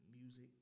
music